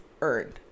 earned